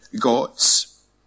gods